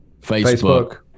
Facebook